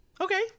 Okay